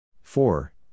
four